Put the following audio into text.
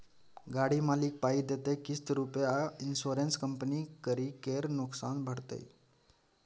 गाड़ी मालिक पाइ देतै किस्त रुपे आ इंश्योरेंस कंपनी गरी केर नोकसान भरतै